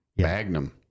magnum